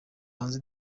hanze